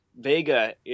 Vega